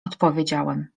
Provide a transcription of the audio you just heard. odpowiedziałem